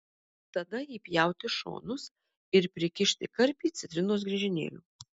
tada įpjauti šonus ir prikišti karpį citrinos griežinėlių